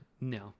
no